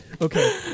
okay